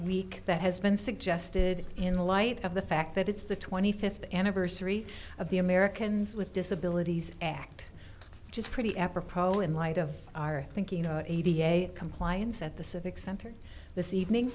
week that has been suggested in the light of the fact that it's the twenty fifth anniversary of the americans with disabilities act which is pretty apropos in light of our thinking a t a i compliance at the civic center this